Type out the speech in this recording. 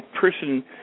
person